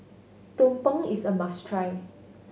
tumpeng is a must try